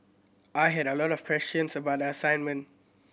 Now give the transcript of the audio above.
I had a lot of questions about the assignment